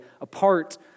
apart